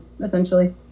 essentially